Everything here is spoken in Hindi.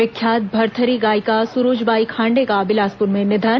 विख्यात भरथरी गायिका सुरुज बाई खांडे का बिलासपुर में निधन